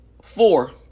four